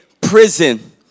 prison